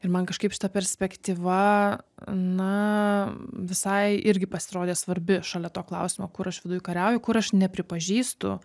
ir man kažkaip šita perspektyva na visai irgi pasirodė svarbi šalia to klausimo kur aš viduj kariauju kur aš nepripažįstu